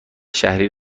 شهری